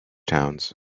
towns